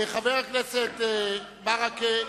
חבר הכנסת ברכה,